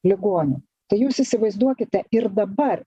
ligonių tai jūs įsivaizduokite ir dabar